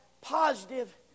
positive